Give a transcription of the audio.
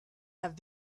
have